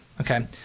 Okay